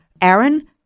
Aaron